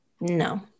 No